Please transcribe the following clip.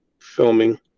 filming